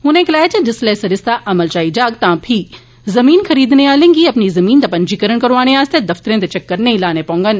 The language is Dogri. उनें गलाया जे जिसलै एह् सरिस्ता अमल च आई जाग तां फ्ही जमीन खरीदनें आलें गी अपनी जमीन दा पंजीकरण करोआने आस्तै दफ्तरै दे चक्कर नेई लाने पौंगन